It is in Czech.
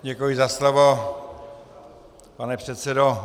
Děkuji za slovo, pane předsedo.